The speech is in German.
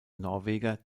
norweger